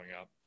up